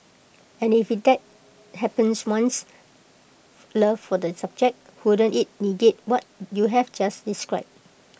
and if that hampers one's love for the subject wouldn't IT negate what you have just described